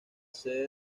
sede